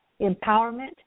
Empowerment